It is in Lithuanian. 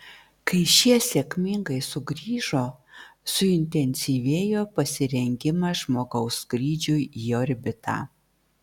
kai šie sėkmingai sugrįžo suintensyvėjo pasirengimas žmogaus skrydžiui į orbitą